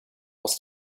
aus